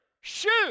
shoot